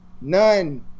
none